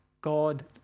God